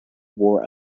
war